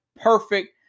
perfect